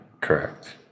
correct